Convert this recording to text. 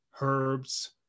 herbs